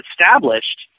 established